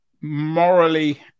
morally